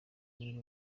imwe